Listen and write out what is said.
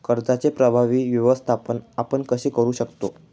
कर्जाचे प्रभावी व्यवस्थापन आपण कसे करु शकतो?